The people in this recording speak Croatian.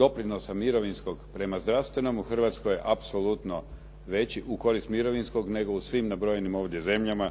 doprinosa mirovinskog prema zdravstvenom u Hrvatskoj je apsolutno veći u korist mirovinskog, nego u svim nabrojenim ovdje zemljama,